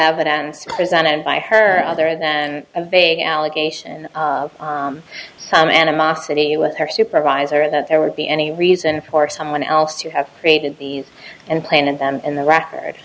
evidence presented by her other than a vague allegation of some animosity with her supervisor and that there would be any reason for someone else to have created these and planted them in the record